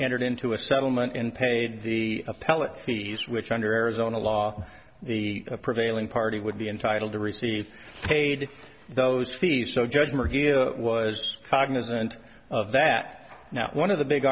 entered into a settlement and paid the appellate fees which under arizona law the prevailing party would be entitled to receive paid those fees so judge mchugh was cognizant of that now one of the big